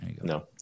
No